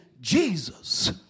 Jesus